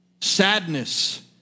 sadness